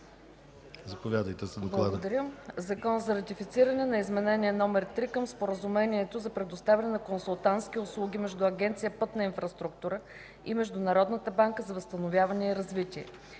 Заповядайте за доклада.